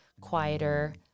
quieter